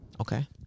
Okay